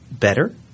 better